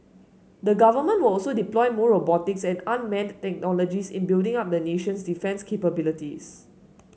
the Government will also deploy more robotics and unmanned technologies in building up the nation's defence capabilities